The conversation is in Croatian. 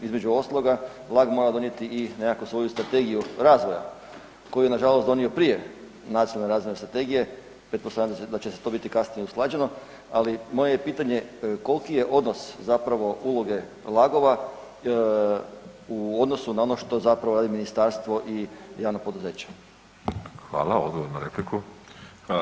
Između ostaloga LAG mora donijeti i nekakvu svoju strategiju razvoja koju je nažalost donio prije Nacionalne razvojne strategije, pretpostavljam da će to biti kasnije usklađeno, ali je moje pitanje kolki je odnos zapravo uloge LAG-ova u odnosu na ono što zapravo radi ministarstvo i javna poduzeća?